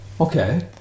okay